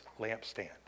lampstand